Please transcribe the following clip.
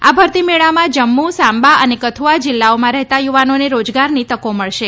આ ભરતી મેળામાં જમ્મુ સાંબા અને કથુઆ જિલ્લાઓમાં રહેતા યુવાનોને રોજગારની તકો મળશે